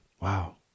Wow